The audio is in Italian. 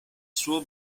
suo